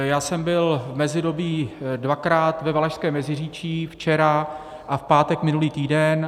Já jsem byl v mezidobí dvakrát ve Valašském Meziříčí, včera a v pátek minulý týden.